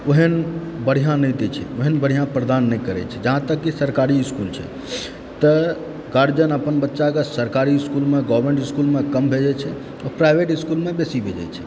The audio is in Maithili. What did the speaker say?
ओहेन बढ़िया नहि दय छै ओहेन बढ़िआँ प्रदान नहि करैत छै जहाँ तककि सरकारी इस्कूल छै तऽ गार्जियन अपन बच्चाकेँ सरकारी इस्कूलमे गवर्नमेण्ट इस्कूलमे कम भेजै छै आ प्राइवेट स्कूलमे बेसी भेजैत छै